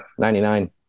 99